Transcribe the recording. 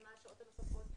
ומה השעות הנוספות,